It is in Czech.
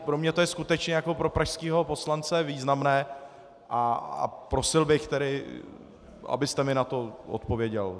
Pro mě je to skutečně jako pro pražského poslance významné, a prosil bych tedy, abyste mi na to odpověděl.